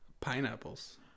pineapples